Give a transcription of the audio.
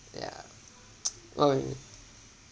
yeah !oi!